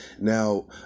Now